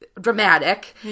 dramatic